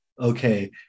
Okay